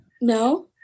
No